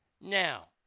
Now